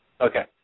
Okay